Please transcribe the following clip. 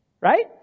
Right